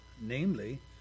namely